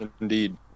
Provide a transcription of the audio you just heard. Indeed